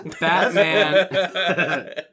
Batman